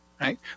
Right